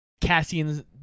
Cassian